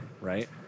Right